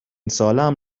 سالهام